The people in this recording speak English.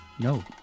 No